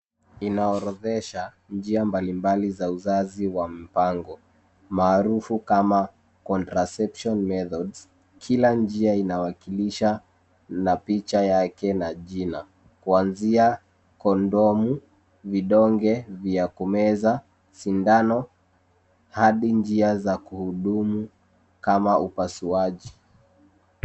Inaorodhesha njia mbalimbali za uzazi wa mpango maarufu kama contraception methods kila njia inawakilisha na picha yake na jina kuanzia kondomu, vidonge vya kumeza, sindano hadi njia za kuhudumu kama upasuaji.